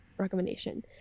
recommendation